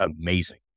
amazing